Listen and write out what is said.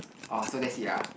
orh so that's it ah